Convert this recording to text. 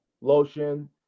lotion